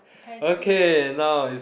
I see